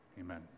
Amen